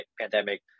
pandemic